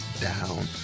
down